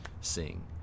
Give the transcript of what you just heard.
sing